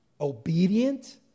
obedient